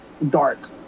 Dark